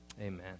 Amen